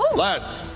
less!